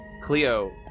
Cleo